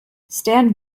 stand